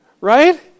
Right